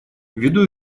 ввиду